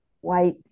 white